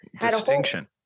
Distinction